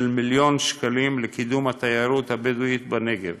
מיליון ש"ח לקידום התיירות הבדואית בנגב.